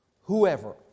whoever